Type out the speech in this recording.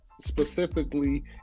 specifically